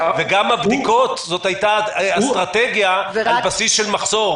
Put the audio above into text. גם הבדיקות זו הייתה אסטרטגיה על בסיס של מחסור.